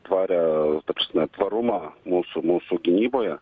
tvarią ta prasme tvarumą mūsų mūsų gynyboje